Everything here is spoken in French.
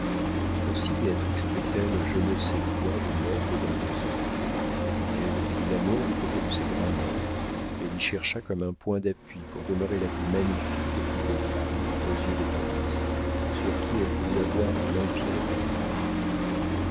aussi béatrix prit elle je ne sais quoi de noble et d'imposant elle vit l'amour du côté de ses grandeurs elle y chercha comme un point d'appui pour demeurer la plus magnifique de toutes les femmes aux yeux de calyste sur qui elle voulut avoir un empire éternel